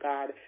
God